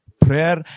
prayer